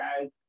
guys